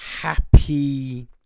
happy